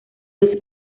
los